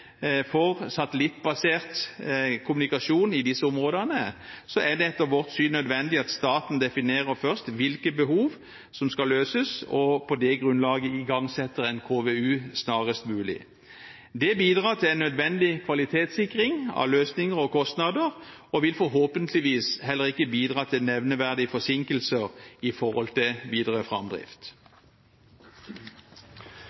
for satellittbasert kommunikasjon i disse områdene, er det etter vårt syn nødvendig at staten først definerer hvilke behov som skal løses, og på det grunnlaget igangsetter en KVU snarest mulig. Det bidrar til en nødvendig kvalitetssikring av løsninger og kostnader og vil forhåpentligvis heller ikke bidra til nevneverdige forsinkelser når det gjelder videre framdrift.